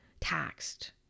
taxed